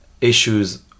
issues